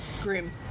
grim